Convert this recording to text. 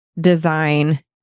design